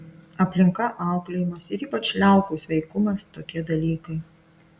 aplinka auklėjimas ir ypač liaukų sveikumas tokie dalykai